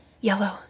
Yellow